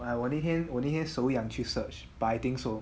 I 我那天我那天手痒去 search but I think so